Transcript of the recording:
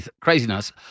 Craziness